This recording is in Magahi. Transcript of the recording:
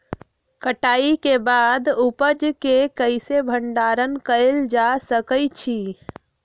कटाई के बाद उपज के कईसे भंडारण कएल जा सकई छी?